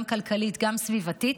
גם כלכלית וגם סביבתית,